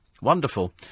Wonderful